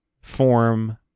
form